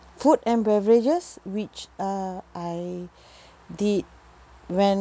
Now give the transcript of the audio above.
food and beverages which uh I did went